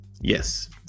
yes